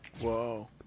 Whoa